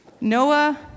Noah